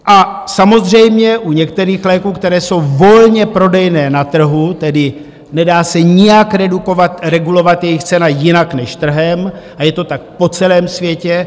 A samozřejmě u některých léků, které jsou volně prodejné na trhu, tedy nedá se nijak regulovat jejich cena jinak než trhem, a je to tak po celém světě.